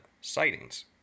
Sightings